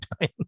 time